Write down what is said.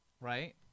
right